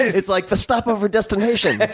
it's like the stopover destination.